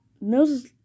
Mills